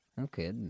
Okay